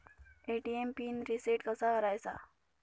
ATM pin reset कसा करायचा?